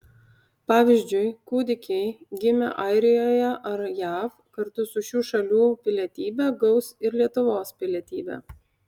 pavyzdžiui kūdikiai gimę airijoje ar jav kartu su šių šalių pilietybe gaus ir lietuvos pilietybę